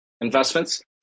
investments